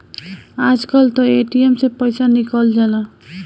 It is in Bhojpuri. आजकल तअ ए.टी.एम से पइसा निकल जाला